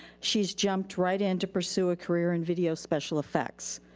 she's jumped right in to pursue a career in video special effects.